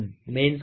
486 X 0